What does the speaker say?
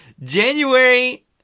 January